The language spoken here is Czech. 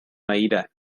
nejde